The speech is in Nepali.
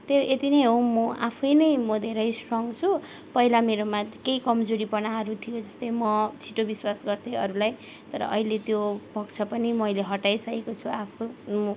त्यो यति नै हो म आफै नै म धेरै स्ट्रङ छु पहिला मेरोमा केही कमजोरीपनाहरू थियो जस्तै म छिटो विश्वास गर्थेँ अरूलाई तर अहिले त्यो पक्ष पनि मैले हटाइसकेको छु आफ्नो